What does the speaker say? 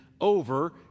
over